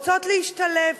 רוצות להשתלב.